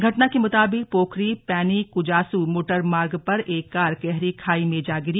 घटना के मुताबिक पोखरी पैनी कुजासु मोटरमार्ग पर एक कार गहरी खाई में जा गिरी